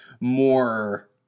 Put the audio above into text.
more